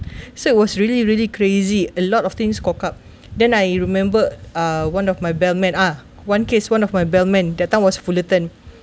so it was really really crazy a lot of things caught up then I remember uh one of my bellman ah one case one of my bellman that time was Fullerton